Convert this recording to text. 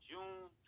June